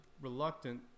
reluctant